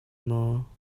maw